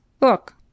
look